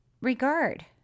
regard